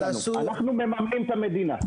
אנחנו מממנים את המדינה.